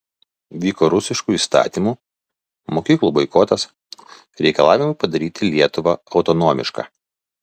vyko rusiškų įstatymų mokyklų boikotas reikalavimai padaryti lietuvą autonomišką